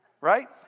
Right